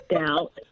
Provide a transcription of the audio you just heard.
doubt